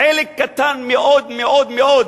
חלק קטן מאוד מאוד מאוד